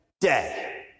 day